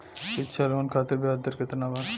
शिक्षा लोन खातिर ब्याज दर केतना बा?